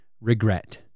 Regret